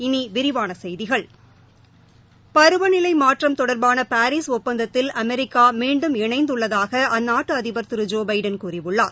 இனி விரிவான செய்திகள் பருவநிலை மாற்றம் தொடர்பான பாரீஸ் ஒப்பந்தத்தில் அமெரிக்கா மீன்டும் இணைந்துள்ளதாக அந்நாட்டு அதிபர் திரு ஜோ பைடன் கூறியுள்ளார்